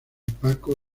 paco